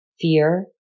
fear